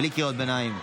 בלי קריאות ביניים.